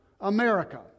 America